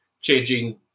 changing